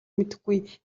мэдэхгүй